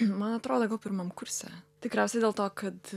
man atrodo gal pirmam kurse tikriausiai dėl to kad